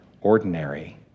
ordinary